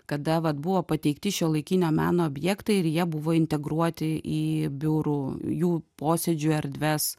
kada vat buvo pateikti šiuolaikinio meno objektai ir jie buvo integruoti į biurų jų posėdžių erdves